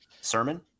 Sermon